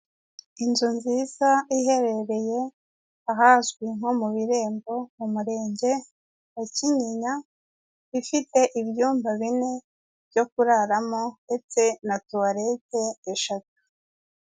Inzu nziza iherereye ahazwi nko mu birembo mu murenge wa kinyinya ifite ibyumba bine byo kuraramo ndetse na tuwarete eshatu.